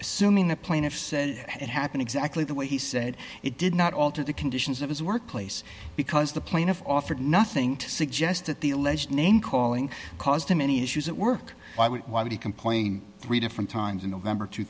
assuming the plaintiffs say that it happened exactly the way he said it did not alter the conditions of his workplace because the plaintiff offered nothing to suggest that the alleged namecalling caused him any issues at work why would why did he complain three different times in november two